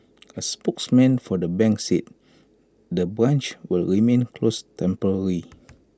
A spokesman for the bank said the branch will remain closed temporarily